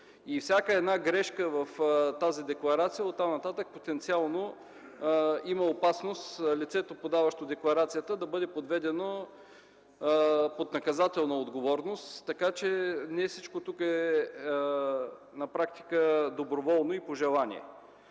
Всяка една грешка в тази декларация оттам нататък потенциално има опасност лицето, подаващо декларацията, да бъде подведено под наказателна отговорност. Така че не всичко тук на практика е доброволно и по желание.